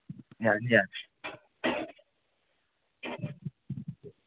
ꯌꯥꯅꯤ ꯌꯥꯅꯤ